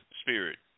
spirit